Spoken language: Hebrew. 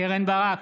קרן ברק,